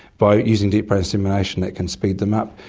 by using deep brain stimulation that can speed them up.